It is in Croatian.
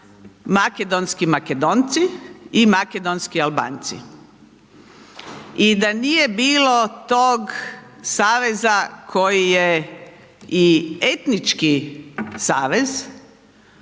makedonski Makedonci i makedonski Albanci. I da nije bilo tog saveza koji je i etnički savez,